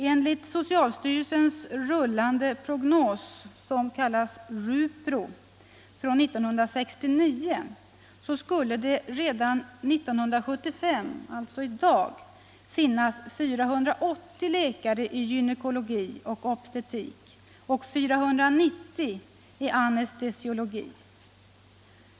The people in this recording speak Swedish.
Enligt socialstyrelsens rullande prognos, som kallas RUPRO, från 1969 skulle det redan 1975 finnas 480 läkare i gynekologi och obstetrik och 490 i anestesiologi.